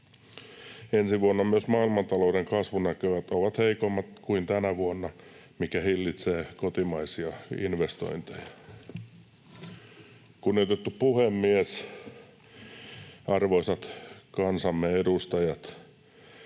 Ensi vuonna myös maailmantalouden kasvunäkymät ovat heikommat kuin tänä vuonna, mikä hillitsee kotimaisia investointeja. Kunnioitettu puhemies! Arvoisat kansamme edustajat!